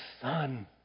Son